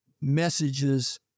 messages